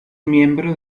miembro